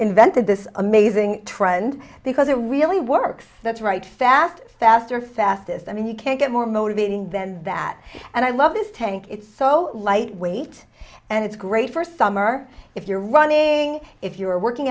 invented this amazing trend because it really works that's right fast faster fastest i mean you can't get more motivating then that and i love this tank it's so lightweight and it's great for summer if you're running if you're working